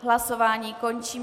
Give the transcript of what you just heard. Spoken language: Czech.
Hlasování končím.